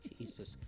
Jesus